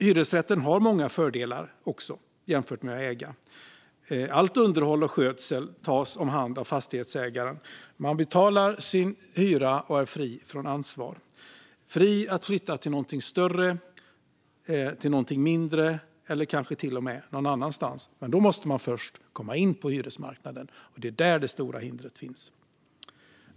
Hyresrätten har många fördelar jämfört med ägande. Allt underhåll och all skötsel utförs av fastighetsägaren. Man betalar sin hyra och är fri från ansvar - fri att flytta till större eller mindre eller kanske till och med någon annanstans. Men då måste man först komma in på hyresmarknaden, och det är där det stora hindret finns.